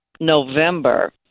November